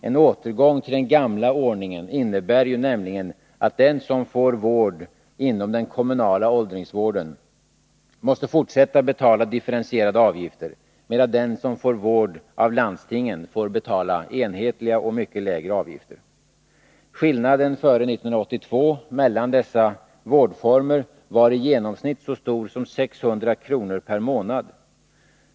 En återgång till den gamla ordningen innebär ju nämligen, att de som får vård inom den kommunala åldringsvården måste fortsätta att betala differentierade avgifter, medan de som får vård av landstingen får betala enhetliga och mycket lägre avgifter. Skillnaden mellan dessa vårdformer före 1982 var i genomsnitt så stor som 600 kr. per månad.